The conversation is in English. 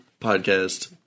podcast